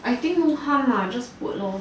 I think no harm mah just ut lor